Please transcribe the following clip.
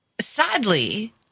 sadly